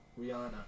Rihanna